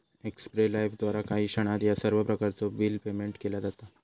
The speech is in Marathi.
एक्स्पे लाइफद्वारा काही क्षणात ह्या सर्व प्रकारचो बिल पेयमेन्ट केला जाता